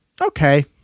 Okay